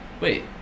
Wait